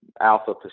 Alpha